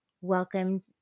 welcome